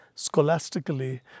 scholastically